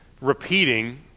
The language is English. repeating